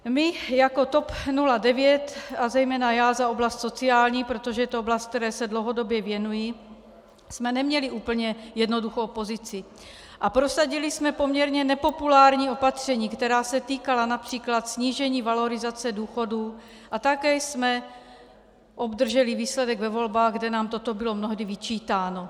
My jako TOP 09, a zejména já za oblast sociální, protože je to oblast, které se dlouhodobě věnuji, jsme neměli úplně jednoduchou pozici a prosadili jsme poměrně nepopulární opatření, která se týkala např. snížení valorizace důchodů, a také jsem obdrželi výsledek ve volbách, kde nám toto bylo mnohdy vyčítáno.